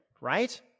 right